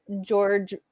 George